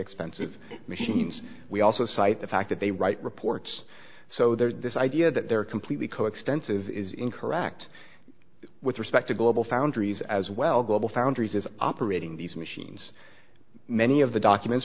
expensive machines we also cite the fact that they write reports so there's this idea that they're completely coextensive is incorrect with respect to global foundries as well global foundries is operating these machines many of the documents